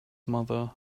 mother